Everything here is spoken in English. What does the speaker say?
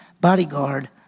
bodyguard